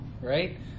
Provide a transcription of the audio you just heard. right